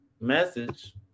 Message